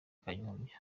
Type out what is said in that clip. kanyombya